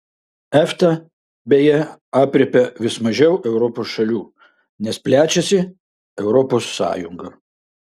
efta beje aprėpia vis mažiau europos šalių nes plečiasi europos sąjunga